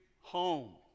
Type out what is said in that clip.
home